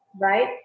right